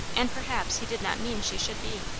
and perhaps he did not mean she should be.